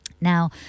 Now